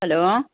hello